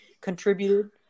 contributed